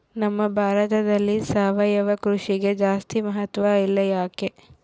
ನಮ್ಮ ಭಾರತದಲ್ಲಿ ಸಾವಯವ ಕೃಷಿಗೆ ಜಾಸ್ತಿ ಮಹತ್ವ ಇಲ್ಲ ಯಾಕೆ?